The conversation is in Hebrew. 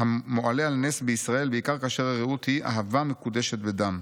מועלה על נס בישראל בעיקר כאשר הרעות היא 'אהבה מקודשת בדם'.